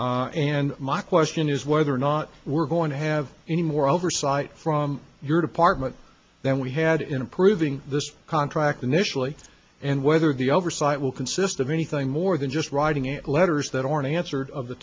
answer and my question is whether or not we're going to have any more oversight from your department than we had in approving this contract initially and whether the oversight will consist of anything more than just writing it letters that already answered of the